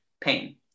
pain